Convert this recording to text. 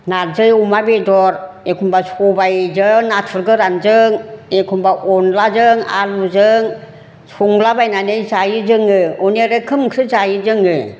नारजि अमा बेदर एखमब्ला सबाइजों नाथुर गोरानजों एखमब्ला अनद्लाजों आलुजों संलाबायनानै जायो जोङो अनेख रोखोम ओंख्रि जायो जोङो